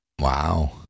Wow